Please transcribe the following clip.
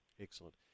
Excellent